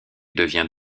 devient